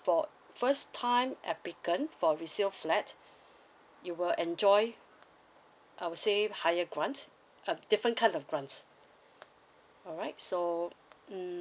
for first time applicant for resale flat you will enjoy I'll say higher grant uh different kind of grants alright so mm